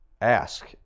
Ask